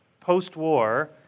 post-war